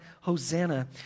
Hosanna